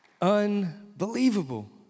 Unbelievable